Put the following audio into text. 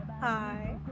Hi